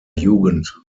jugend